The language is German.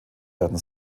werden